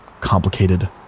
complicated